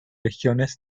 regiones